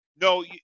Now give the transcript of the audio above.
no